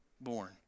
born